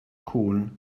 cŵn